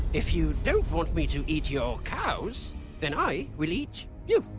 if you don't want me to eat your cows then i will eat you!